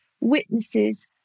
witnesses